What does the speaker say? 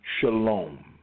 shalom